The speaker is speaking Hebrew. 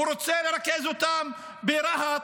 הוא רוצה לרכז אותם ברהט,